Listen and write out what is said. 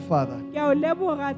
Father